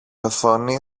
οθόνη